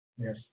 yes